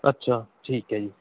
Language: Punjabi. ਅੱਛਾ ਠੀਕ ਹੈ ਜੀ